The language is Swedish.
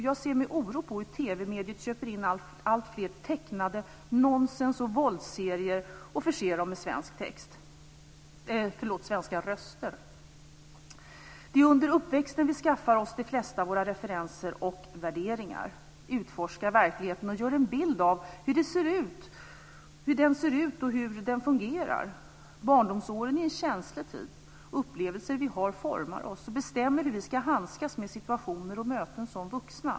Jag ser med oro på hur TV mediet köper in alltfler tecknade nonsens och våldsserier och förser dem med svenska röster. Det är under uppväxten vi skaffar oss de flesta av våra referenser och värderingar, utforskar verkligheten och gör en bild av hur den ser ut och hur den fungerar. Barndomsåren är en känslig tid. Upplevelser vi har formar oss och bestämmer hur vi ska handskas med situationer och möten som vuxna.